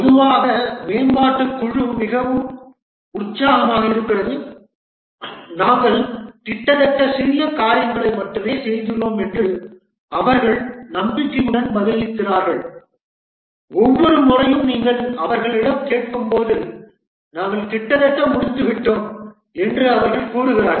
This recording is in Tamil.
பொதுவாக மேம்பாட்டுக் குழு மிகவும் உற்சாகமாக இருக்கிறது நாங்கள் கிட்டத்தட்ட சிறிய காரியங்களை மட்டுமே செய்துள்ளோம் என்று அவர்கள் நம்பிக்கையுடன் பதிலளிக்கிறார்கள் ஒவ்வொரு முறையும் நீங்கள் அவர்களிடம் கேட்கும்போது நாங்கள் கிட்டத்தட்ட முடிந்துவிட்டோம் என்று அவர்கள் கூறுகிறார்கள்